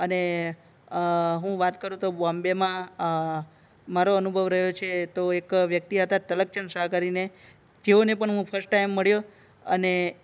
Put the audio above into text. અને હું વાત કરું તો બોમ્બેમાં મારો અનુભવ રહ્યો છે તો એક વ્યક્તિ હતા તલબચંદ શાહ કરીને જેઓને પણ હું ફર્સ્ટ ટાઈમ મળ્યો અને